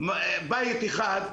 בית אחד.